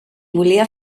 volia